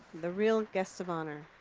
the real guests of honor